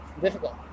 difficult